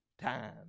time